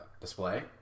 display